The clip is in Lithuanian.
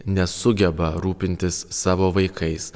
nesugeba rūpintis savo vaikais